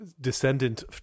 descendant